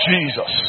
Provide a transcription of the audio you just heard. Jesus